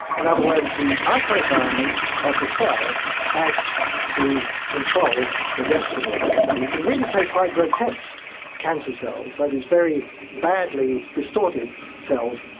in other words, the micro environment of the cell acts to control the destiny of that cell. you can really take quite grotesque cancer cells, that is very badly distorted cells,